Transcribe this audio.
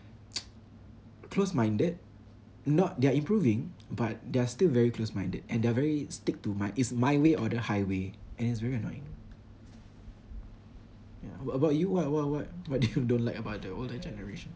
close-minded not they're improving but there are still very close-minded and they're very stick to my it's my way or the highway and it's very annoying ya what about you what what what what you don't like about the older generation